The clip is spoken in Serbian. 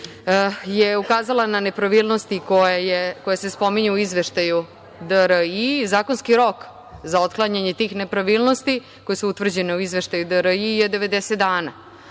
je ukazala na nepravilnosti koje se spominju u Izveštaju DRI. Zakonski rok za otklanjanje tih nepravilnosti koje su utvrđene u Izveštaju DRI je 90